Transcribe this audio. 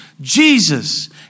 Jesus